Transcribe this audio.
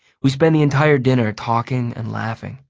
we spend the entire dinner talking and laughing.